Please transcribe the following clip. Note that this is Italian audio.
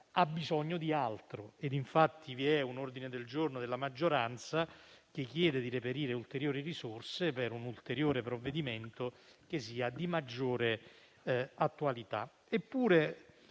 ha bisogno di altro; infatti un ordine del giorno della maggioranza chiede di reperire ulteriori risorse per un ulteriore provvedimento che sia di maggiore attualità.